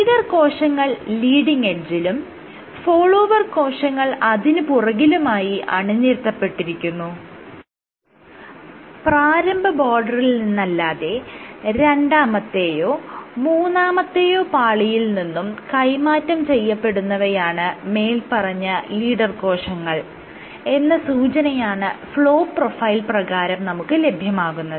leader കോശങ്ങൾ leading എഡ്ജിലും follower കോശങ്ങൾ അതിന് പുറകിലുമായി അണിനിരത്തപ്പെട്ടിരിക്കുന്നു പ്രാരംഭ ബോർഡറിൽ നിന്നല്ലാതെ രണ്ടാമത്തേയോ മൂന്നാമത്തെയോ പാളിയിൽ നിന്നും കൈമാറ്റം ചെയ്യപ്പെടുന്നവയാണ് മേല്പറഞ്ഞ ലീഡർ കോശങ്ങൾ എന്ന സൂചനയാണ് ഫ്ലോ പ്രൊഫൈൽ പ്രകാരം നമുക്ക് ലഭ്യമാകുന്നത്